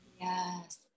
Yes